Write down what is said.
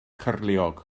cyrliog